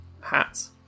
hats